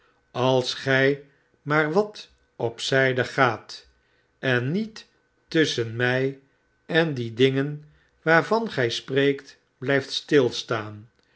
als gij maar wat op zijde gaat en niet tusschen mij en die dingen waarvan gij spreekt blijft stilstaan